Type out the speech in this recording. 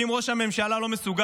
ואם ראש הממשלה לא מסוגל